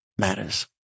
matters